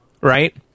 right